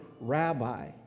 rabbi